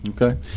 Okay